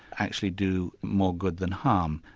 actually do more good than harm.